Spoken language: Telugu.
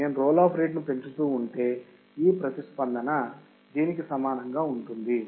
నేను రోల్ ఆఫ్ రేటును పెంచుతూ ఉంటే ఈ ప్రతిస్పందన దీనికి సమానంగా ఉంటుంది